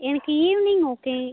எனக்கு evening okay